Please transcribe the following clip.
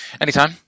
Anytime